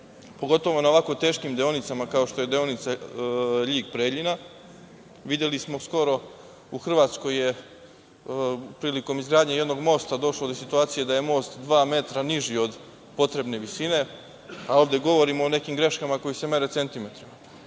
pogotovo na ovako teškim deonicama kao što je deonica Ljig-Preljina. Videli smo skoro u Hrvatskoj je prilikom izgradnje jednog mosta došlo do situacije da je most dva metra niži od potrebne visine, a ovde govorimo o nekim greškama koji se mere centrimetrima.